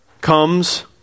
comes